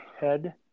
head